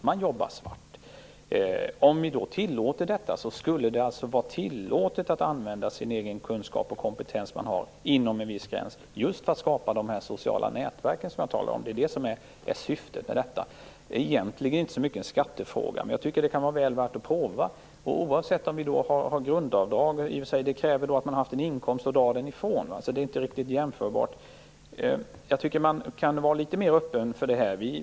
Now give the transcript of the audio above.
Man jobbar svart. Om vi tillåter detta, skulle man inom en viss gräns få använda den kunskap och kompetens som man har, för att skapa de sociala nätverk som jag talar om. Det är det som är syftet. Det är egentligen inte så mycket en skattefråga. Jag tycker att det kan vara väl värt att prova, oavsett om det skall ske med hjälp av ett grundavdrag - vilket kräver att man har haft en inkomst att göra avdrag från - eller på annat sätt. Jag tycker att man kunde vara litet mer öppen för det här.